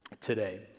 today